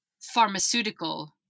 pharmaceutical